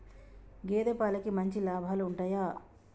గేదే పాలకి మంచి లాభాలు ఉంటయా?